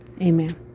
Amen